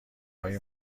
های